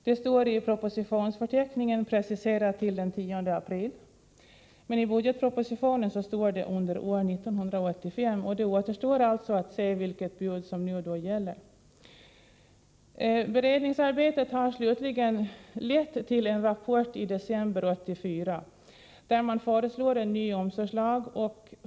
Det står i propositionsförteckningen preciserat till den 10 april, men i budgetpropositionen står det ”under år 1985”. Det återstår alltså att se Beredningsarbetet har slutligen lett till en rapport i december 1984 där man föreslår en ny omsorgslag.